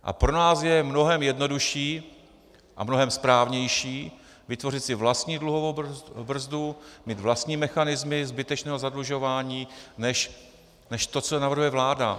A pro nás je mnohem jednodušší a mnohem správnější vytvořit si vlastní dluhovou brzdu, mít vlastní mechanismy zbytečného zadlužování než to, co navrhuje vláda.